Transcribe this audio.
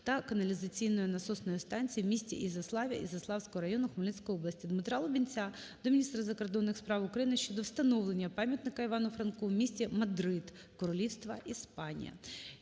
та каналізаційної насосної станції в місті Ізяславі Ізяславського району Хмельницької області. Дмитра Лубінця до міністра закордонних справ України щодо встановлення пам'ятника Івану Франку в місті Мадрид Королівства Іспанії.